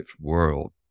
world